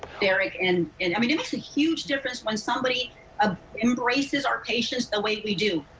like and and i mean it makes a huge difference when somebody ah embraces our patients the way we do.